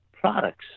products